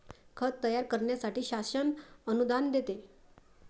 खत तयार करण्यासाठी शासन अनुदान देते